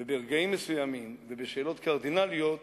וברגעים מסוימים, ובשאלות קרדינליות,